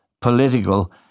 political